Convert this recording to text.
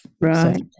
Right